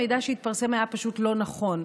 המידע שהתפרסם היה פשוט לא נכון,